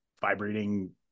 vibrating